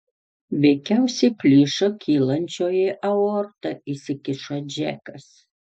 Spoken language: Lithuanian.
veikiausiai plyšo kylančioji aorta įsikišo džekas